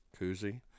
koozie